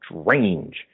strange